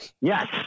Yes